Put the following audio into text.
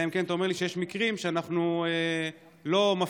אלא אם כן אתה אומר לי שיש מקרים שאנחנו לא מפנים